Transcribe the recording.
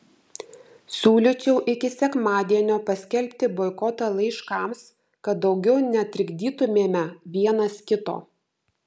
siūlyčiau iki sekmadienio paskelbti boikotą laiškams kad daugiau netrikdytumėme vienas kito